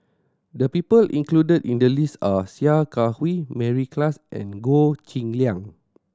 the people included in the list are Sia Kah Hui Mary Klass and Goh Cheng Liang